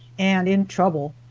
and in trouble,